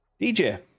DJ